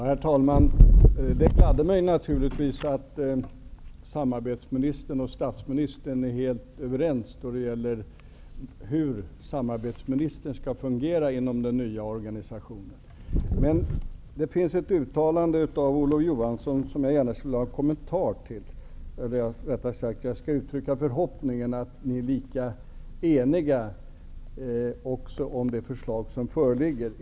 Herr talman! Det gladde mig naturligtvis att samarbetsministern och statsministern är helt överens då det gäller hur samarbetsministern skall fungera inom den nya organisationen. Det finns emellertid ett uttalande av Olof Johansson som jag gärna skulle vilja ha en kommentar till, eller rättare sagt skall jag uttrycka förhoppningen om att ni är lika eniga också om det förslag som föreligger.